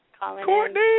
Courtney